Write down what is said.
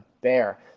bear